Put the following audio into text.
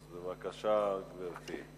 בבקשה, גברתי.